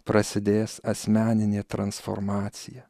prasidės asmeninė transformacija